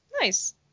nice